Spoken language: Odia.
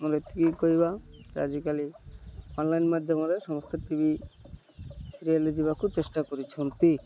ମୋର ଏତିକି କହିବା ଯେ ଆଜିକାଲି ଅନଲାଇନ୍ ମାଧ୍ୟମରେ ସମସ୍ତେ ଟି ଭି ସିରିଏଲ୍ରେ ଯିବାକୁ ଚେଷ୍ଟା କରିଛନ୍ତି